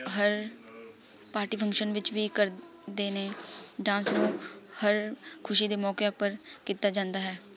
ਹਰ party function ਵਿੱਚ ਵੀ ਕਰਦੇ ਨੇ ਡਾਂਸ ਨੂੰ ਹਰ ਖੁਸ਼ੀ ਦੇ ਮੌਕੇ ਉੱਪਰ ਕੀਤਾ ਜਾਂਦਾ ਹੈ